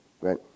right